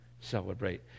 celebrate